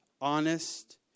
honest